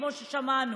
כמו ששמענו.